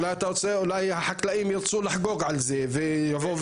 אולי החקלאים ירצו לחגוג על זה ויבואו